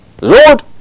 Lord